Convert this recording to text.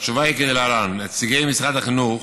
התשובה היא כדלהלן: נציגי משרד החינוך